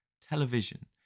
television